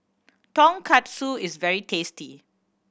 tonkatsu is very tasty